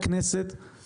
במדינות נחשלות,